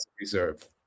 reserve